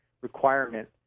requirement